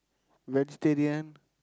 vegetarian